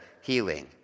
healing